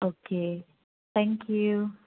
okay thank you